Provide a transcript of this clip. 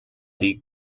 die